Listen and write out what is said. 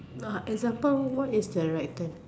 no it doesn't what is the right thing